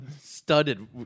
Studded